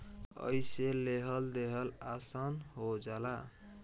अइसे लेहल देहल आसन हो जाला